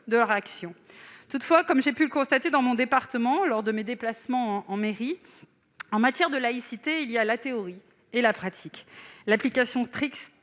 de leur action. Toutefois, comme j'ai pu le constater dans mon département lors de mes déplacements en mairie, en matière de laïcité, il y a la théorie et la pratique, l'application